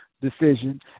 decision